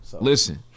Listen